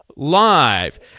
Live